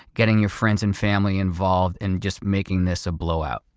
getting your friends and family involved and just making this a blowout.